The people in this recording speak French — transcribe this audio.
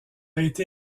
été